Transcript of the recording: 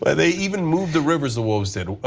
ah they even moved the rivers, the wolves did.